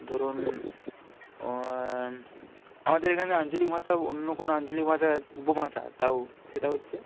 ধরুন আমাদের এখানে আঞ্চলিক ভাষা অন্য কোনো আঞ্চলিক ভাষা উপভাষা তাও সেটা হচ্ছে